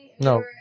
No